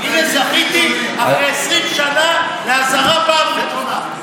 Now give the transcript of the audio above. הינה, זכיתי אחרי 20 שנה לאזהרה פעם ראשונה.